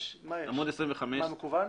מקוון?